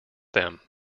them